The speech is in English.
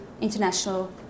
international